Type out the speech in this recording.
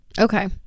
Okay